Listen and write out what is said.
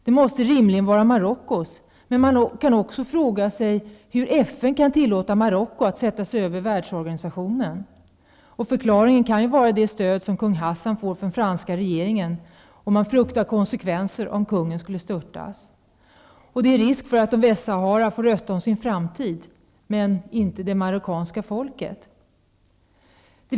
Det måste rimligen vara Marockos. Man kan också fråga sig hur FN kan tillåta Marocko att sätta sig över världsorganisationen. Förklaringen kan vara det stöd som kung Hassan får från franska regeringen, och man fruktar konsekvenser om kungen skulle störtas. Det är risk för att folket i Västsahara får rösta om sin framtid men inte det marockanska folket.